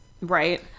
Right